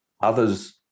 others